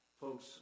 folks